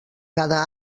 cada